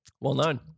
Well-known